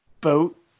boat